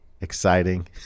exciting